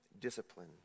discipline